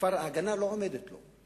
כבר ההגנה לא עומדת לו.